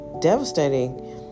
devastating